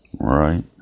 Right